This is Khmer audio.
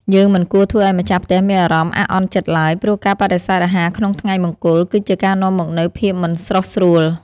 យើងមិនគួរធ្វើឱ្យម្ចាស់ផ្ទះមានអារម្មណ៍អាក់អន់ចិត្តឡើយ ព្រោះការបដិសេធអាហារក្នុងថ្ងៃមង្គល គឺជាការនាំមកនូវភាពមិនស្រុះស្រួល។